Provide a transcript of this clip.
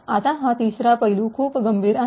आता हा तिसरा पैलू खूप गंभीर आहे